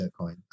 bitcoin